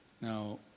now